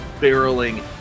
barreling